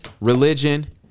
religion